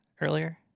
earlier